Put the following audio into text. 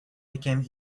became